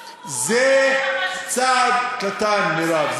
סוף-סוף, זה צעד קטן, מירב.